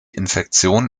infektion